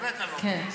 באמת אני לא מבין,